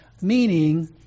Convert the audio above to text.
Meaning